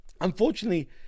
Unfortunately